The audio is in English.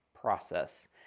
process